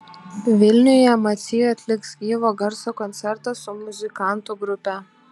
vilniuje macy atliks gyvo garso koncertą su muzikantų grupe